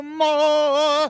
more